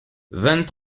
vingt